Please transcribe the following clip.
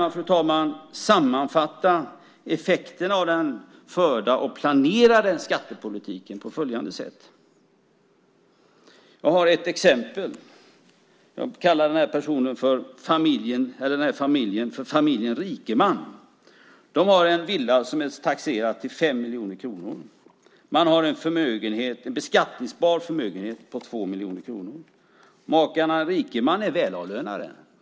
Man kan sammanfatta effekten av den förda och planerade skattepolitiken på följande sätt. Jag har ett exempel med familjen Rikeman, som jag kallar den. De har en villa som är taxerad till 5 miljoner kronor och en beskattningsbar förmögenhet på 2 miljoner kronor. Makarna Rikeman är välavlönade.